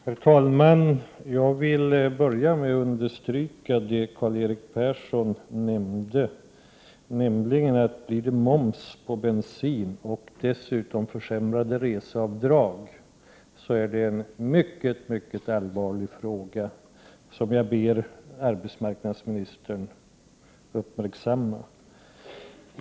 Herr talman! Jag vill börja med att understryka det Karl-Erik Persson sade, nämligen att blir det moms på bensin och dessutom försämrade reseavdrag, är det en mycket allvarlig fråga, som jag ber arbetsmarknadsministern att uppmärksamma.